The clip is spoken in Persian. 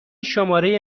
شماره